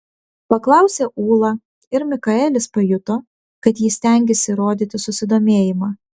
paklausė ūla ir mikaelis pajuto kad ji stengiasi rodyti susidomėjimą